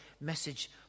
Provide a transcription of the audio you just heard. message